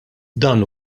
dan